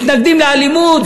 מתנגדים לאלימות,